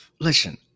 listen